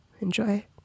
Enjoy